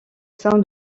sein